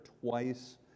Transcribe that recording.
twice